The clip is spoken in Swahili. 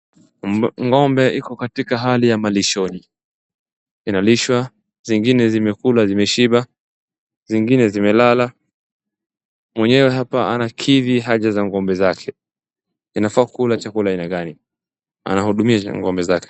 Ng'ombe iko katika hali ya malishoni. Inalishwa, zingine zimekula zimeshiba, zingine zimelala. Mwenyewe hapa anakidhi haja za ng'ombe zake, inafaa kula chakula ya aina gani, anahudumia ng'ombe zake.